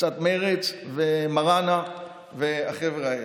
קצת מרצ ומראענה והחבר'ה האלה.